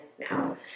now